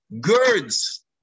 girds